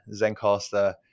Zencaster